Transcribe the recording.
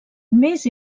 més